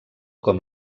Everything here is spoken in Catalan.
com